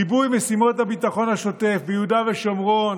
ריבוי משימות הביטחון השוטף ביהודה ושומרון,